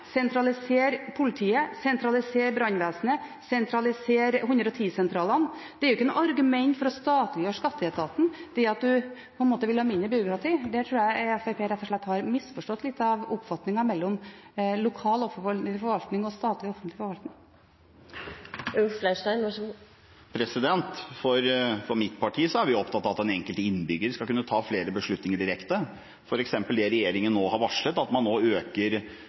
sentralisere viktige etater i samfunnet, sentralisere politiet, sentralisere brannvesenet, sentralisere 110-sentralene er ikke noe argument for å statliggjøre skatteetaten når man vil ha mindre byråkrati. Jeg tror Fremskrittspartiet rett og slett har misforstått litt av oppfatningen av forholdet mellom lokal offentlig forvaltning og statlig offentlig forvaltning. I mitt parti er vi opptatt av at den enkelte innbygger skal kunne ta flere beslutninger direkte. Med f.eks. det regjeringen nå har varslet, at man øker